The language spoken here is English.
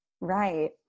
right